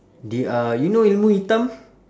they are you know ilmu hitam